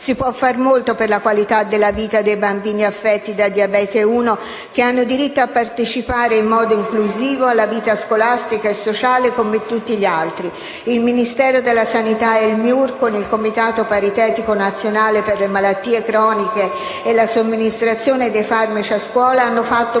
Si può fare molto per la qualità della vita dei bambini affetti da diabete 1, che hanno diritto a partecipare in modo inclusivo alla vita scolastica e sociale come tutti gli altri. Il Ministero della sanità e il MIUR con il Comitato paritetico nazionale per le malattie croniche e la somministrazione dei farmaci a scuola hanno fatto